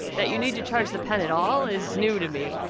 that you need to charge the pen at all is new to me.